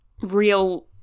real